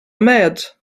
made